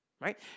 right